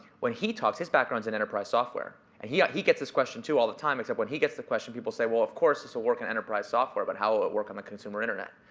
when he talks, his background is in enterprise software. and he yeah he gets this question too, all the time. except when he gets the question, people say, well, of course, this will work in enterprise software. but how will it work on consumer internet?